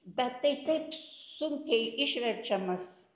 bet tai taip sunkiai išverčiamas